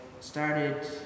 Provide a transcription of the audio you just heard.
started